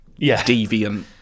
deviant